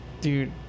dude